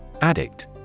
Addict